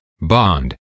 bond